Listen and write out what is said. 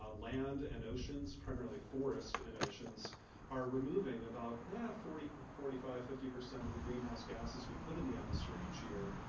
ah land and oceans primarily forests and oceans are removing about yeah forty forty five fifty percent of the greenhouse gases we put in the atmosphere each year.